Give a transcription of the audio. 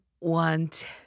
want